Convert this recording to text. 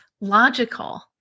logical